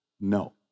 No